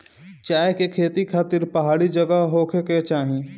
चाय के खेती खातिर पहाड़ी जगह होखे के चाही